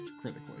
critically